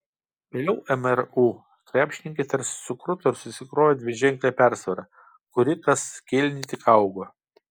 vėliau mru krepšininkai tarsi sukruto ir susikrovė dviženklę persvarą kuri kas kėlinį tik augo